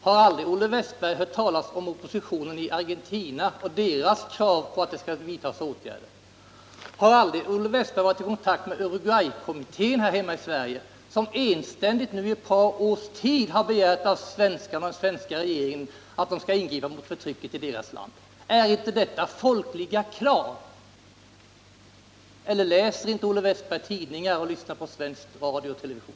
Har aldrig Olle Wästberg hört talas om oppositionen i Argentina och dess krav på att det skall vidtas åtgärder? Haraldrig Olle Wästberg varit i kontakt med Uruguaykommittén här hemma i Sverige, som enständigt nu i ett par års tid har begärt av svenskarna och av den svenska regeringen att man skall ingripa mot förtrycket i Uruguay? Är inte detta folkliga krav? Läser inte Olle Wästberg tidningar? Lyssnar inte Olle Wästberg på svensk radio och television?